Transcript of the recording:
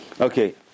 Okay